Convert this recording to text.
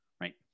Right